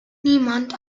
niemand